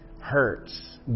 hurts